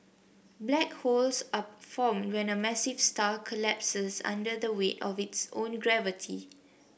black holes are formed when a massive star collapses under the weight of its own gravity